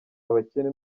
abakene